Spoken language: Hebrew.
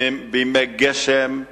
בימי גשם,